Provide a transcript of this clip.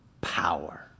power